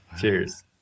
Cheers